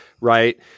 right